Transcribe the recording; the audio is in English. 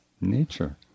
nature